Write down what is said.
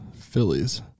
Phillies